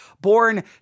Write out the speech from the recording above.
born